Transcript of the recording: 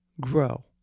grow